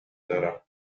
دارم